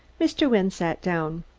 mr. wynne sat down.